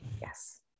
yes